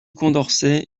condorcet